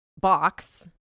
box